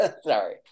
sorry